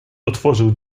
otworzył